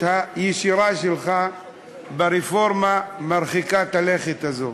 הישירה שלך ברפורמה מרחיקת הלכת הזו.